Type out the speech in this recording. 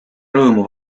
rõõmu